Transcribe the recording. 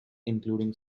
including